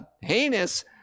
heinous